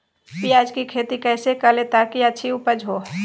प्याज की खेती कैसे करें ताकि अच्छी उपज हो?